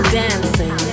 dancing